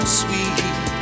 sweet